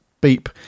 beep